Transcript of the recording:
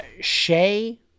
shay